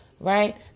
Right